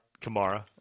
Kamara